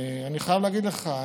אני חייב להגיד לך,